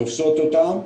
תופסות אותם,